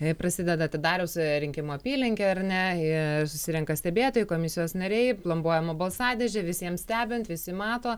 jei prasideda atidarius rinkimų apylinkę ar ne susirenka stebėtojų komisijos nariai plombuojama balsadėžė visiems stebint visi mato